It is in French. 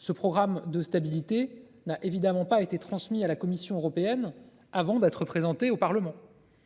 Ce programme de stabilité n'a évidemment pas été transmis à la Commission européenne avant d'être présenté au Parlement.